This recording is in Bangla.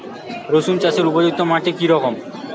রুসুন চাষের উপযুক্ত মাটি কি রকম?